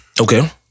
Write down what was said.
Okay